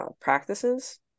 practices